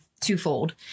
twofold